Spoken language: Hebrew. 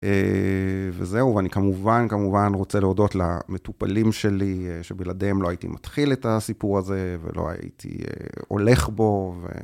וזהו, ואני כמובן, כמובן רוצה להודות למטופלים שלי, שבלעדיהם לא הייתי מתחיל את הסיפור הזה, ולא הייתי הולך בו.